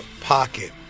pocket